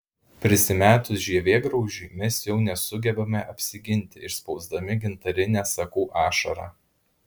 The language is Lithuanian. prisimetus žievėgraužiui mes jau nesugebame apsiginti išspausdami gintarinę sakų ašarą